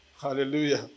Hallelujah